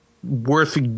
worth